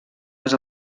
les